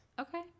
Okay